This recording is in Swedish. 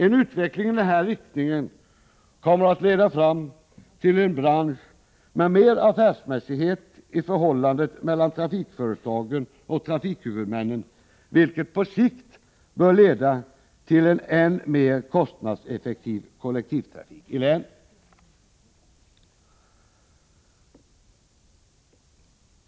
En utveckling i den här riktningen kommer att leda fram till en bransch med mer affärsmässighet i förhållandet mellan trafikföretagen och trafikhuvudmännen, vilket på sikt bör leda till en än mera kostnadseffektiv kollektivtrafik i länen.